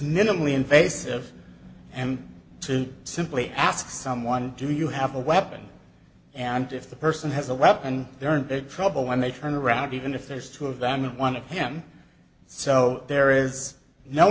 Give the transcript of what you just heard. minimally invasive and to simply ask someone do you have a weapon and if the person has a weapon they're in their trouble when they turn around even if there's two of them one of him so there is no